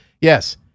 Yes